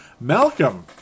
Malcolm